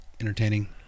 entertaining